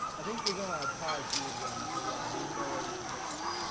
i think even ah tashi would win so yeah, there's no way you can make that